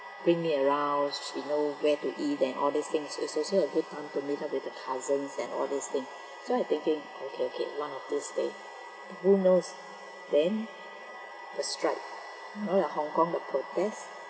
bring me around she she know where to eat and all these things it's also a good time to meet up with the cousins and all these thing so I thinking okay okay one of these day who knows then the strike you know the hong kong the protest